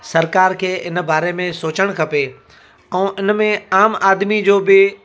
सरकारि खे हिन बारे में सोचणु खपे ऐं हिन में आम आदमी जो बि